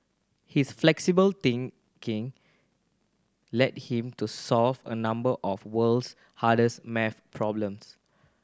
his flexible thinking led him to solve a number of world's hardest maths problems